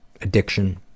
addiction